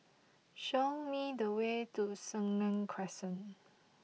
show me the way to Senang Crescent